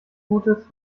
gutes